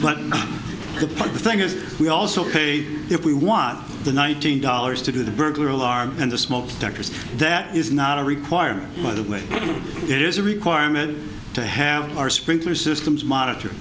the thing is we also if we want the one thousand dollars to do the burglar alarm and the smoke detectors that is not a requirement of the way it is a requirement to have our sprinkler systems monitored